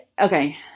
okay